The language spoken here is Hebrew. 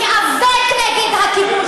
להיאבק נגד הכיבוש.